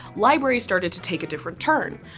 libraries started to take a different turn.